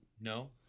no